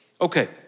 okay